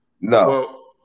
No